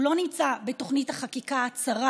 הוא לא נמצא בתוכנית החקיקה הצרה,